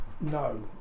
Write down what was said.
No